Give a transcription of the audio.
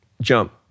jump